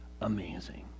amazing